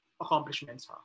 accomplishments